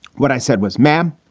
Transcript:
what i said was, ma'am.